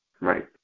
Right